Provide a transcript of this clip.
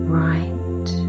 right